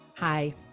Hi